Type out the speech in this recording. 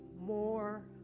more